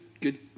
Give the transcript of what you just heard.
good